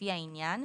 לפי העניין,